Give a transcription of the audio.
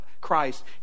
Christ